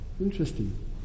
Interesting